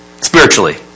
Spiritually